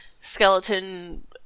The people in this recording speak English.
skeleton